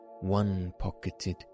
one-pocketed